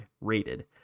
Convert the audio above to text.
rated